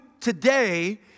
today